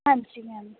ਹਾਂਜੀ ਮੈਮ